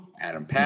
Adam